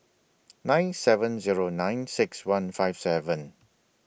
nine seven Zero nine six one five seven